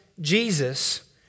Jesus